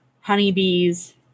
honeybees